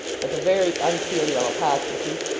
with a very unfilial apostrophe,